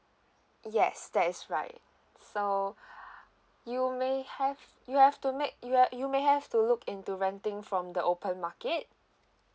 yes that is right so you may have you have to make you have you may have to look into renting from the open market